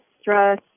stress